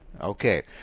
Okay